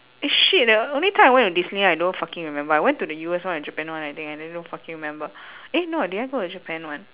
eh shit eh only time I went to Disneyland I don't fucking remember I went to the U_S one and japan one I think I didn't fucking remember eh no did I go the japan one